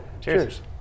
Cheers